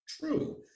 true